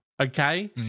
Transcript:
Okay